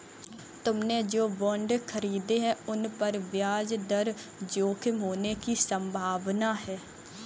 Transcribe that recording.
तुमने जो बॉन्ड खरीदे हैं, उन पर ब्याज दर जोखिम होने की संभावना है